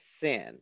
sin